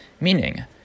meaning